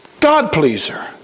God-pleaser